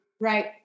Right